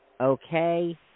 Okay